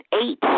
eight